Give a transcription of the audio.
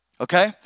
Okay